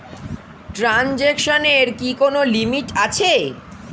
ট্রানজেকশনের কি কোন লিমিট আছে?